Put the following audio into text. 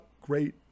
great